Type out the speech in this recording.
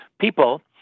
People